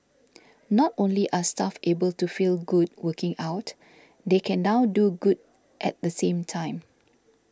not only are staff able to feel good working out they can now do good at the same time